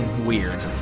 weird